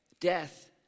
death